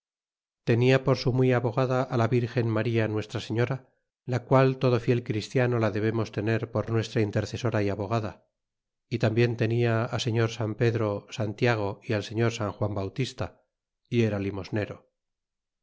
tenia por su muy abogada la virgen maría nuestra señora la qual todo fiel christiano la debernos tener por nuestra intercesora y abogada y tambien tenia á señor san pedro san tiago y al señor san juan bautista y era limosnero